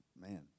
Man